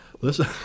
Listen